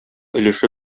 өлеше